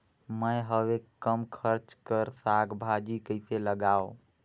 मैं हवे कम खर्च कर साग भाजी कइसे लगाव?